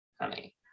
Honey